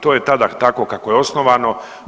To je tada tako kako je osnovano.